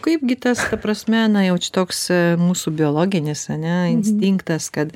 kaip gi tas ta prasme na jau čia toks mūsų biologinis ane instinktas kad